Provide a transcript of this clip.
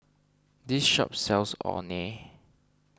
this shop sells Orh Nee